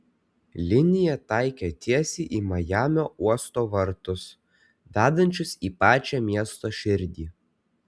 linija taikė tiesiai į majamio uosto vartus vedančius į pačią miesto širdį